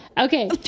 Okay